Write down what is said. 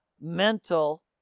mental